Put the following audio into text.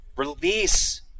Release